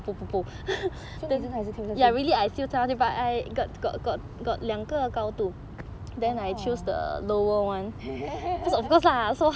so 你还是跳下去 orh